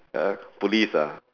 uh police ah